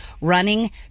Running